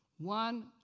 one